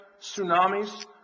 tsunamis